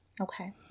Okay